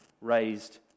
raised